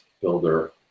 builder